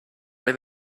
have